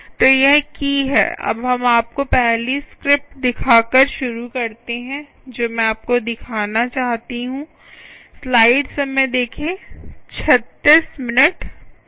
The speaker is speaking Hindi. तो यह की है अब हम आपको पहली स्क्रिप्ट दिखा कर शुरू करते हैं जो मैं आपको दिखाना चाहती हूं